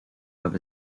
have